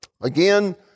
Again